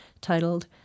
titled